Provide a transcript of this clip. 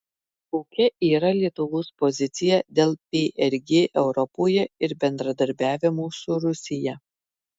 kokia yra lietuvos pozicija dėl prg europoje ir bendradarbiavimo su rusija